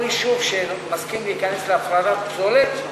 כל יישוב שמסכים להיכנס להפרדת פסולת,